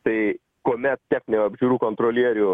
tai kuomet techninių apžiūrų kontrolierių